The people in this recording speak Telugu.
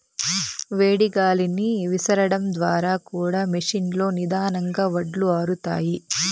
వేడి గాలిని విసరడం ద్వారా కూడా మెషీన్ లో నిదానంగా వడ్లు ఆరుతాయి